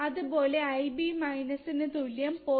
അത്പോലെ തന്നെ Ib ണ് തുല്യം 0